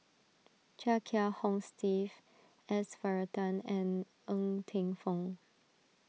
Chia Kiah Hong Steve S Varathan and Ng Teng Fong